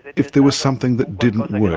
if there was something that didn't work.